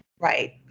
Right